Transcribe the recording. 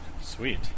Sweet